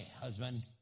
Husband